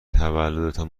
تولدتان